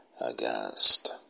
aghast